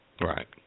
Right